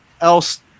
else